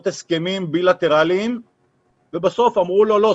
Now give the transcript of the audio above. הסכמים בילטראליים ובסוף אמרו לו: לא,